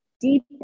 deep